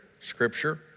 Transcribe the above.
scripture